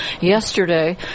yesterday